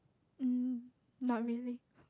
um not really